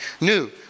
new